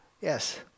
Yes